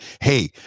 hey